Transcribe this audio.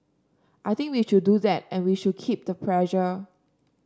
I think we should do that and we should keep the pressure